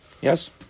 Yes